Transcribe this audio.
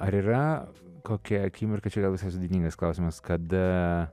ar yra kokia akimirka čia gal visai sudėtingas klausimas kada